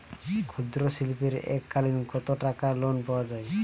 ক্ষুদ্রশিল্পের এককালিন কতটাকা লোন পাওয়া য়ায়?